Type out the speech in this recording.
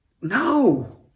No